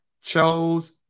chose